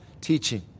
teaching